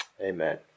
amen